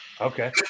Okay